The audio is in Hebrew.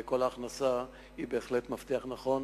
כל הכנסה היא בהחלט מפתח נכון.